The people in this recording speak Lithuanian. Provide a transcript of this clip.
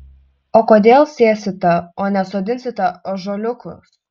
o kodėl sėsite o ne sodinsite ąžuoliukus